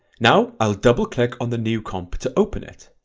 now i'll double click on the new comp to open it.